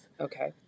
Okay